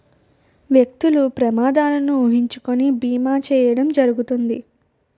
వ్యక్తులు ప్రమాదాలను ఊహించుకొని బీమా చేయడం జరుగుతుంది